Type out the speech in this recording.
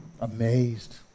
Amazed